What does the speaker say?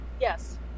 yes